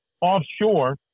offshore